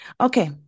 Okay